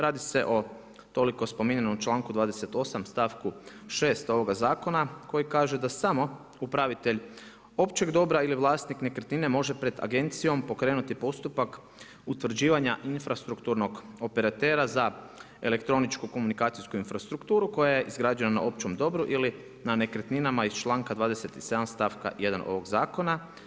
Radi se o toliko spominjanom članku 28. stavku 6. ovoga zakona, koji kaže da samo upravitelj općeg dobra ili vlasnik nekretnine može pred agencijom pokrenuti postupak utvrđivanja infrastrukturnog operatera za elektroničku komunikacijsku infrastrukturu koja je je izgrađena na općem dobru ili na nekretninama iz članka 27. stavka 1. ovog zakona.